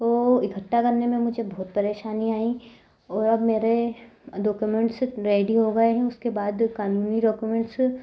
को इकट्ठा करने में मुझे बहुत परेशानी आई और अब मेरे डॉक्यूमेंट्स रेडी हो गए हैं उसके बाद कानूनी डॉक्युमेंट्स